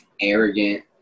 arrogant